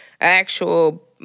actual